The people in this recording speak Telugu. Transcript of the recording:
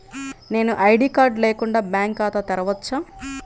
నేను ఐ.డీ కార్డు లేకుండా బ్యాంక్ ఖాతా తెరవచ్చా?